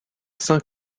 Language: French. saint